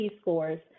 scores